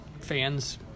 fans